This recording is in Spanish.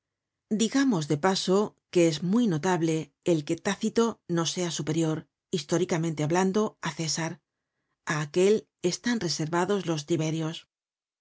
digamos de paso que es muy notable el que tácito no sea superior históricamente hablando á césar á aquel están resarvados los tiberios